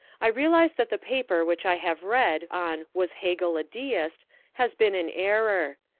i realise that the paper which i have read on was hegel a deist has been an error.